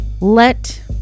let